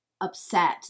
upset